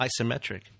Isometric